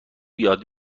یاد